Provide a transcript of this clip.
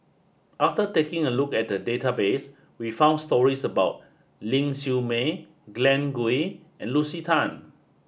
after taking a look at the database we found stories about Ling Siew May Glen Goei and Lucy Tan